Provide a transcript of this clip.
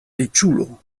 riĉulo